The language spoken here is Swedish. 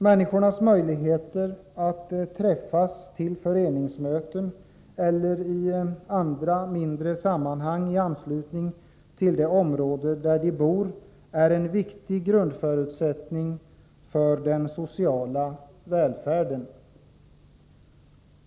Människornas möjligheter att träffas till föreningsmöten eller i andra mindre sammanhang i anslutning till det område där de bor är en viktig grundförutsättning för den sociala välfärden.